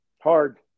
hard